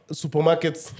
supermarkets